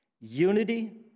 unity